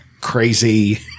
crazy